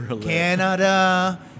Canada